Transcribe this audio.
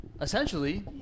essentially